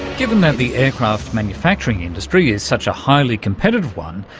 given that the aircraft manufacturing industry is such a highly competitive one,